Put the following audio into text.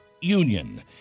Union